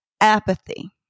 Apathy